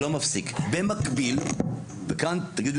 במקביל יהיה